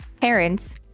parents